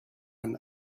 him